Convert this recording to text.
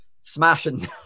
smashing